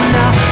now